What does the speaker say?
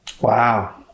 Wow